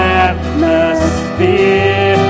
atmosphere